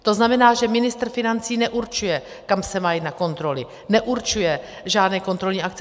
To znamená, že ministr financí neurčuje, kam se má jít na kontroly, neurčuje žádné kontrolní akce.